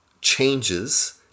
changes